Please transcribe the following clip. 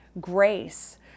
grace